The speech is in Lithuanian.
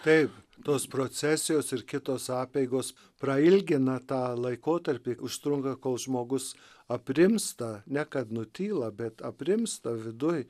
taip tos procesijos ir kitos apeigos prailgina tą laikotarpį užtrunka kol žmogus aprimsta ne kad nutyla bet aprimsta viduj